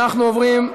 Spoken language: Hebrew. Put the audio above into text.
אנחנו עוברים,